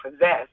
possess